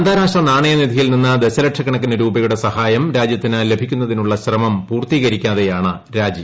അന്താരാഷ്ട്ര നാണയ നിധിയിൽ നിന്ന് ദശലക്ഷക്കണക്കിന് രൂപയുടെ സഹായം രാജ്യത്തിന് ലഭിക്കുന്നതിനുള്ള ശ്രമം പൂർത്തീകരിക്കാതെയാണ് രാജി